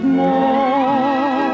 more